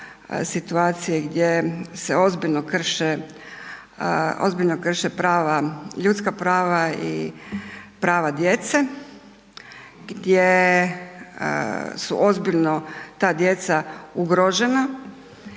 situacije gdje se ozbiljno krše prava, ljudska prava i prava djece, gdje su ozbiljno ta djeca ugrožena